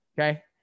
Okay